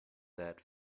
that